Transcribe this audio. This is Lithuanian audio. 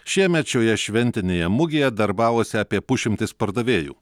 šiemet šioje šventinėje mugėje darbavosi apie pusšimtis pardavėjų